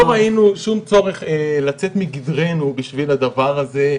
אז לא ראינו שום צורך לצאת מגדרנו בשביל הדבר הזה,